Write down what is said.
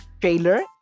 trailer